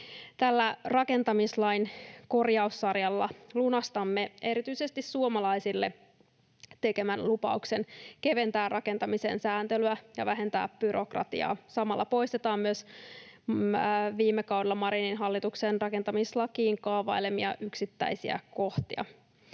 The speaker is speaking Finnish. Tällä rakentamislain korjaussarjalla lunastamme erityisesti suomalaisille tekemämme lupauksen keventää rakentamisen sääntelyä ja vähentää byrokratiaa. Samalla poistetaan myös viime kaudella Marinin hallituksen rakentamislakiin kaavailemia yksittäisiä kohtia.